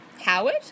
Howard